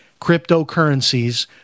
cryptocurrencies